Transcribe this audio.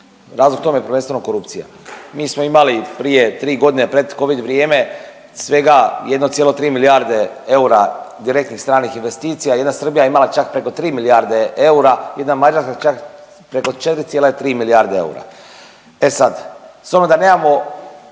razlog tome je prvenstveno korupcija. Mi smo imali prije 3.g. u pred covid vrijeme svega 1,3 milijarde eura direktnih stranih investicija, jedna Srbija je imala čak preko 3 milijarde eura, jedna Mađarska čak preko 4,3 milijarde eura. E sad, s obzirom da nemamo